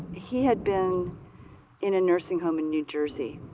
he had been in a nursing home in new jersey.